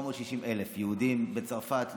מ-460,000 יהודים בצרפת,